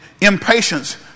impatience